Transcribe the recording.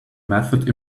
method